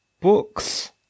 books